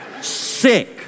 Sick